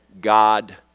God